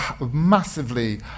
massively